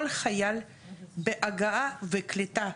כל חייל בהגעה וקליטה,